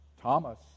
Thomas